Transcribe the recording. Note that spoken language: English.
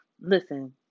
Listen